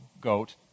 goat